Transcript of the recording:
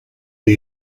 the